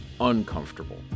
uncomfortable